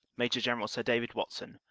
maj general sir david watson,